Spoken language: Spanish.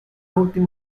última